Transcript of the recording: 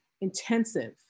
intensive